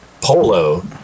polo